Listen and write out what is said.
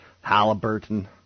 Halliburton